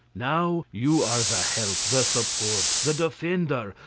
now you are the help, the support, the defender,